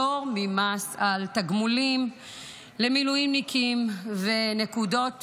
פטור ממס על תגמולים למילואימניקים ונקודות